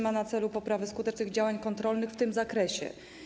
Ma na celu również poprawę skuteczności działań kontrolnych w tym zakresie.